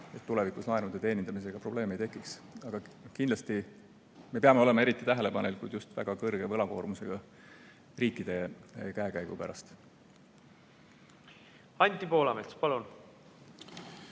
et tulevikus laenude teenindamisega probleeme ei tekiks. Aga kindlasti peame olema eriti tähelepanelikud just väga kõrge võlakoormusega riikide käekäigu suhtes. Üldiselt ma